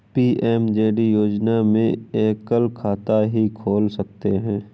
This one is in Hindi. पी.एम.जे.डी योजना में एकल खाता ही खोल सकते है